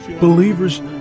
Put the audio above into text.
believers